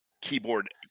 keyboard